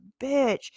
bitch